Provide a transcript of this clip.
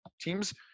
Teams